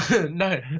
No